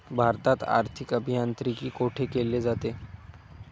भारतात आर्थिक अभियांत्रिकी कोठे केले जाते?